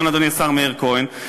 אדוני השר מאיר כהן,